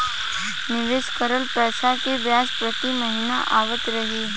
निवेश करल पैसा के ब्याज प्रति महीना आवत रही?